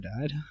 died